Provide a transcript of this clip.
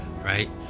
right